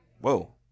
Whoa